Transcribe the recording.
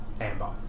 amber